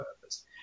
purpose